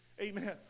Amen